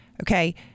Okay